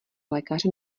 lékaře